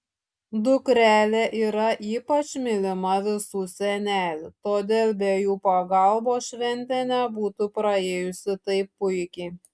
dukrelė yra ypač mylima visų senelių todėl be jų pagalbos šventė nebūtų praėjusi taip puikiai